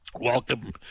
Welcome